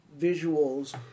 visuals